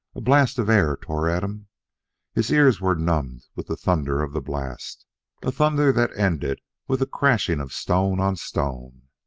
a blast of air tore at him his ears were numbed with the thunder of the blast a thunder that ended with a crashing of stone on stone.